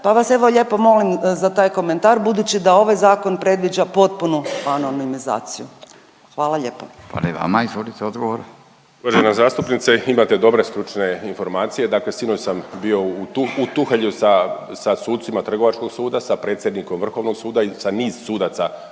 pa vas evo lijepo molim za taj komentar budući da ovaj zakon predviđa potpunu anonimizaciju. Hvala lijepo. **Radin, Furio (Nezavisni)** Hvala i vama. Izvolite odgovor. **Martinović, Juro** Uvažena zastupnice, imate dobre stručne informacije. Dakle sinoć sam bio u Tuhelju sa sucima Trgovačkog suda, sa predsjednikom Vrhovnog suda i sa niz sudaca